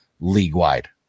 league-wide